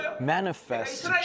manifest